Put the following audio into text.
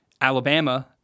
Alabama